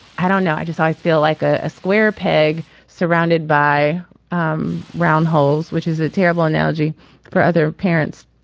i don't know. i just i feel like ah a square peg surrounded by um round holes, which is a terrible analogy for other parents